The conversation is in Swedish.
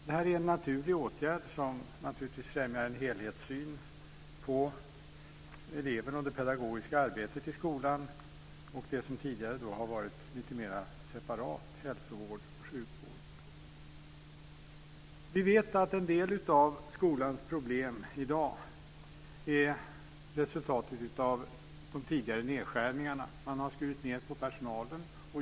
Det här är en naturlig åtgärd, som naturligtvis främjar en helhetssyn på eleven och det pedagogiska arbetet i skolan och det som tidigare har varit lite mera separat hälsovård och sjukvård. Vi vet att en del av skolans problem i dag är resultatet av de tidigare nedskärningarna. Man har skurit ned bland personalen.